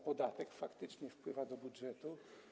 Podatek faktycznie wpływa do budżetu.